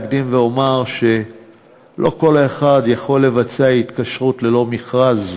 אקדים ואומר שלא כל אחד יכול לבצע התקשרות ללא מכרז,